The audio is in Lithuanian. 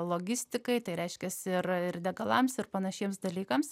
logistikai tai reiškiasi ir ir degalams ir panašiems dalykams